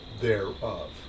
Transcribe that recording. thereof